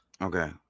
Okay